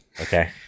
Okay